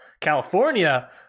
California